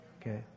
Okay